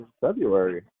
February